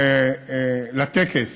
לטקס